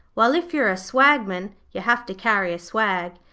while if you are a swagman you have to carry a swag,